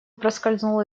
проскользнул